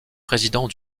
président